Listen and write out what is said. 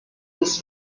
des